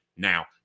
Now